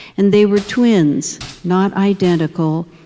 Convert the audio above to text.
and they were twins not identical,